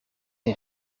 een